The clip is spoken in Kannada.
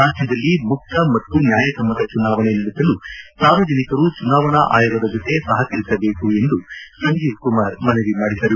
ರಾಜ್ಯದಲ್ಲಿ ಮುಕ್ತ ಮತ್ತು ನ್ಯಾಯ ಸಮ್ಮತ ಚುನಾವಣೆ ನಡೆಸಲು ಸಾರ್ವಜನಿಕರು ಚುನಾವಣಾ ಆಯೋಗದ ಜೊತೆ ಸಹಕರಿಸಬೇಕು ಎಂದು ಸಂಜೀವ್ಕುಮಾರ್ ಮನವಿ ಮಾಡಿದರು